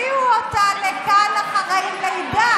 הביאו אותה לכאן אחרי לידה.